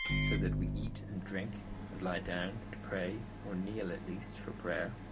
so that we eat and drink and lie down and pray, or kneel at least for prayer,